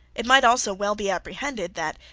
it might also well be apprehended that,